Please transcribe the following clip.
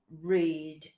read